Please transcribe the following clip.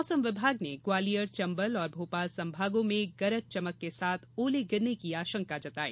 मौसम विभाग ने ग्वालियर चंबल और भोपाल संभागों में गरज चमक के साथ ओले गिरने की आशंका जताई